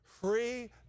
free